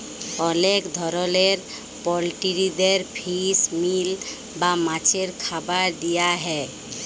অলেক ধরলের পলটিরিদের ফিস মিল বা মাছের খাবার দিয়া হ্যয়